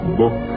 book